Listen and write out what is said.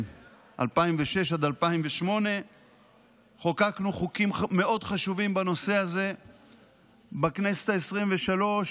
ב-2006 2008. חוקקנו חוקים מאוד חשובים בנושא הזה בכנסת העשרים-ושלוש